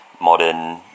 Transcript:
modern